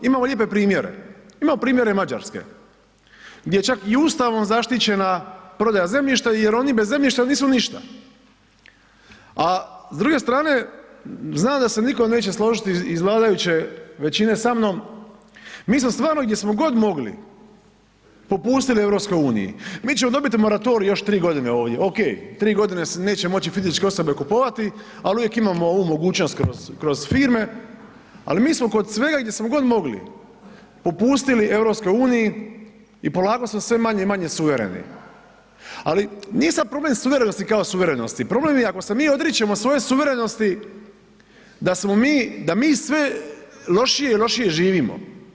Imamo ... primjere, imamo primjere Mađarske, gdje je čak i Ustavom zaštićena prodaja zemljišta jer oni bez zemljišta nisu ništa, a s druge strane znam da se nitko neće složiti iz vladajuće većine sa mnom, mi smo stvarno gdje smo god mogli popustili Europskoj uniji, mi ćemo dobit moratorij još tri godine ovdje, ok, tri godine se neće moći fizičke osobe kupovati, ali uvijek imamo ovu mogućnost kroz firme, al' mi smo kod svega gdje smo god mogli popustili Europskoj uniji i polako smo sve manje i manje suvereni, ali nije sad problem suverenosti kao suverenosti, problem je ako se mi odričemo svoje suverenosti, da smo mi, da mi sve lošije i lošije živimo.